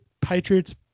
Patriots